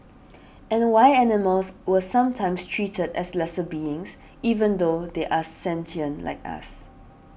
and why animals were sometimes treated as lesser beings even though they are sentient like us